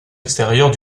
extérieures